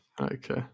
Okay